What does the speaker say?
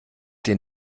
den